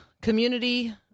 community